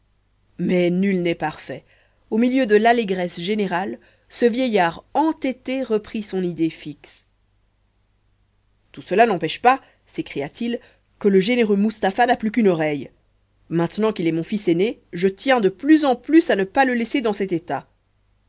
mais nul n'est parfait au milieu de l'allégresse générale ce vieillard entêté reprit son idée fixe tout cela n'empêche pas s'écria-t-il que le généreux mustapha n'a plus qu'une oreille maintenant qu'il est mon fils aîné je tiens de plus en plus à ne pas le laisser dans cet état